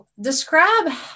describe